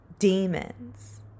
Demons